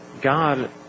God